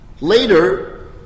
later